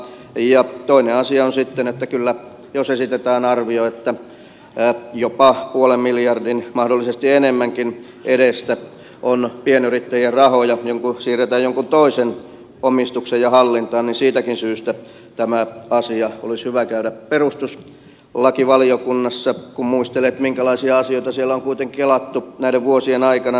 toinen asia on sitten että jos esitetään arvio että jopa puolen miljardin mahdollisesti enemmänkin edestä on pienyrittäjien rahoja siirretty jonkun toisen omistukseen ja hallintaan niin kyllä siitäkin syystä tämän asian olisi hyvä käydä perustuslakivaliokunnassa kun muistelee minkälaisia asioita siellä on kuitenkin kelattu näiden vuosien aikana